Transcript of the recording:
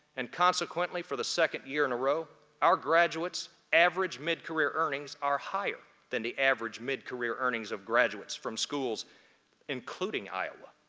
and consequently, for the second year in a row our graduate's average mid-career earnings are higher than the average mid-career earnings of graduates from schools including iowa,